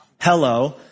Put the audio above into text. Hello